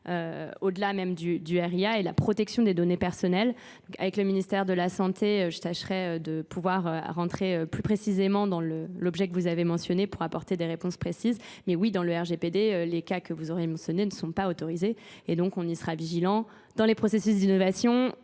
au-delà même du RIA et la protection des données personnelles. Avec le ministère de la Santé, je tâcherai de pouvoir rentrer plus précisément dans l'objet que vous avez mentionné pour apporter des réponses précises. Mais oui, dans le RGPD, les cas que vous aurez mentionné ne sont pas autorisés et donc on y sera vigilants. Dans les processus d'innovation,